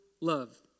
love